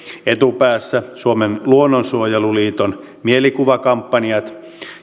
etupäässä suomen luonnonsuojeluliiton mielikuvakampanjat